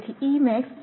તેથી38